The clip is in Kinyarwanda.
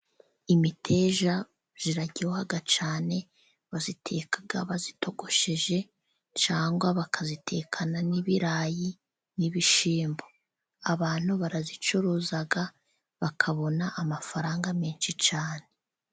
Imiteja iraryoha cyane, bayiteka bayitogosheje cyangwa bakayitekana n'ibirayi n'ibishyimbo, abantu barayicuruza bakabona amafaranga menshi cyane.